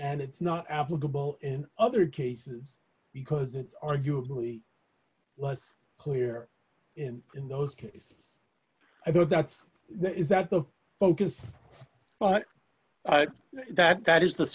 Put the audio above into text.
and it's not applicable in other cases because it's arguably less clear and in those cases i thought that that the focus but that that is the